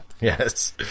Yes